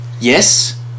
yes